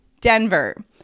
Denver